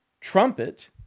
trumpet